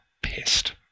pissed